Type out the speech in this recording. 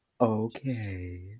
Okay